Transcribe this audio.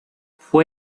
fue